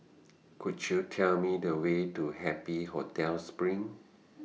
Could YOU Tell Me The Way to Happy Hotel SPRING